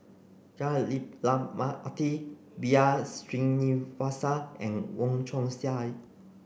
Jah Lelamati B R Sreenivasan and Wong Chong Sai